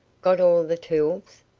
got all the tools?